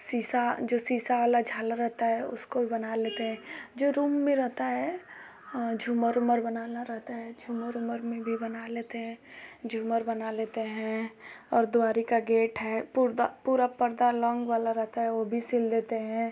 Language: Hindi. शीशा जो शीशा वाला झालर रहता है उसको भी बना लेते हैं जो रूम में रहता है झूमर ऊमर बनाना रहता है झूमर ओमर में भी बना लेते हैं झूमर बना लेते हैं और द्वारका गेट है पुर्दा पूरा पर्दा लॉन्ग वाला रहता है वो भी सिल देते हैं